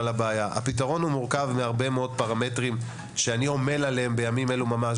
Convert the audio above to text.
הפתרון מורכב מהרבה פרמטרים שאני עומל עליהם בימים אלה ממש,